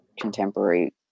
contemporary